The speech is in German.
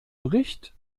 bericht